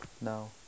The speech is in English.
No